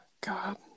god